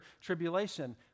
tribulation